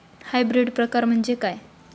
Hybrid प्रकार म्हणजे काय?